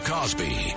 Cosby